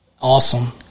Awesome